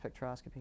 spectroscopy